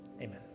Amen